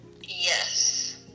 Yes